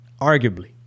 Arguably